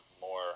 more